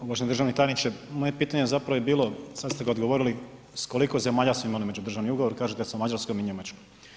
Uvaženi državni tajniče, moje pitanje zapravo je bilo, sad ste ga odgovorili, s koliko zemalja smo imali međudržavni ugovor, kažete sa Mađarskom i Njemačkom.